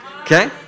Okay